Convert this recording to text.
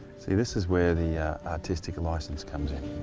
see this is where the artistic license comes in.